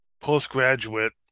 postgraduate